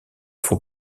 font